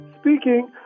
Speaking